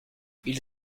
ils